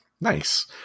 Nice